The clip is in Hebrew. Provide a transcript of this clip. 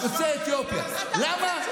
למה?